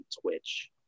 Twitch